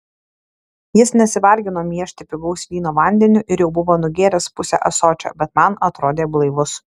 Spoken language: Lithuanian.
jis nesivargino miešti pigaus vyno vandeniu ir jau buvo nugėręs pusę ąsočio bet man atrodė blaivus